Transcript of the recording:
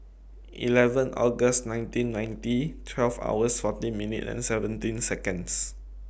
eleven August nineteen ninety twelve hours fourteen minutes and seventeen Seconds